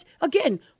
again